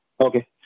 Okay